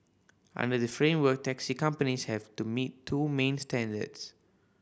under the framework taxi companies have to meet two main standards